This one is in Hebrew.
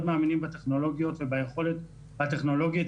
מאמינים בטכנולוגיות וביכולת הטכנולוגית,